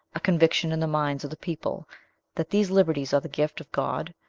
a conviction in the minds of the people that these liberties are the gift of god?